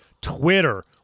Twitter